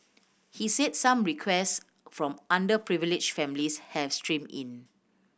he said some request from underprivileged families have streamed in